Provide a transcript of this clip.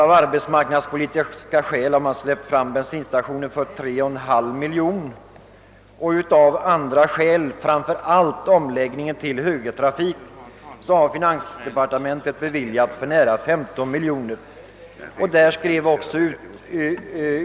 Av arbetsmarknadspolitiska skäl har man givit tillstånd till bensinstationsbyggen för 3,5 miljoner och av andra skäl — framför allt på grund av omläggningen till högertrafik — har finansdepartementet beviljat dispens för byggen för nära 15 miljoner.